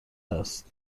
است